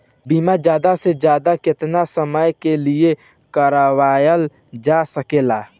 बीमा ज्यादा से ज्यादा केतना समय के लिए करवायल जा सकेला?